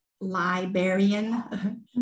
Librarian